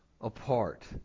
apart